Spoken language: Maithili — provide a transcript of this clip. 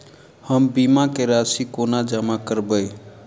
हम बीमा केँ राशि कोना जमा करबै?